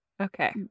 Okay